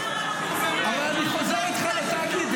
--- אבל אני חוזר איתך לתאגיד,